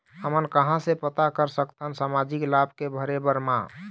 हमन कहां से पता कर सकथन सामाजिक लाभ के भरे बर मा?